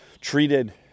treated